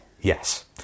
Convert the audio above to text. Yes